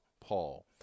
Paul